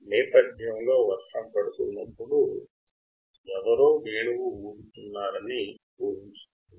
నేపథ్యంలో వర్షం పడుతున్నప్పుడు ఎవరో వేణువు ఊదుతూ ఉన్నారని ఊహించుకోండి